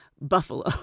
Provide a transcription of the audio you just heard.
buffalo